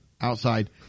outside